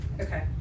Okay